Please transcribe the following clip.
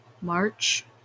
March